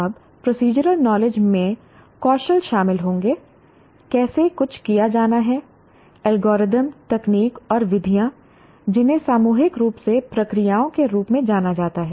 अब procedural knowledge में कौशल शामिल होंगे कैसे कुछ किया जाना है एल्गोरिदम तकनीक और विधियां जिन्हें सामूहिक रूप से प्रक्रियाओं के रूप में जाना जाता है